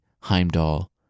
Heimdall